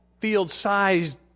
field-sized